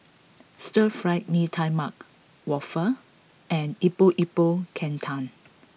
Stir Fried Mee Tai Mak Waffle and Epok Epok Kentang